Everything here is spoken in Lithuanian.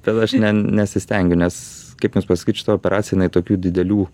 tada aš nesistengiu nes kaip jums pasakyt šita operacija jinai tokių didelių